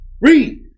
Read